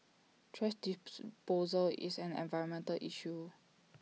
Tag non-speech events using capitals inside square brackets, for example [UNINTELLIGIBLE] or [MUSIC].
thrash [UNINTELLIGIBLE] is an environmental issue